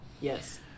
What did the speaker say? yes